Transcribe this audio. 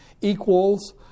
equals